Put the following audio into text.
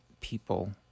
people